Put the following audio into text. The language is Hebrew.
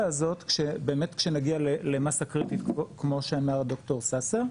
הזאת באמת כשנגיע למסה קריטית כמו שאמר ד"ר ססר.